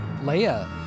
Leia